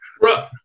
Bro